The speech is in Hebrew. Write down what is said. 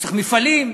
צריך מפעלים.